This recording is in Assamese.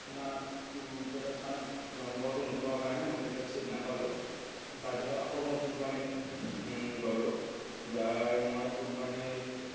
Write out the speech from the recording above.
ইমান তেতিয়া মানে নম্বৰটো নোপোৱা কাৰণে মই তাত ছিট নাপালোঁ তাৰপিছত আকৌ মই কোম্পানীত গলোঁ যাই মই কোম্পানীত